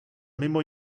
mimo